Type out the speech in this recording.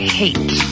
hate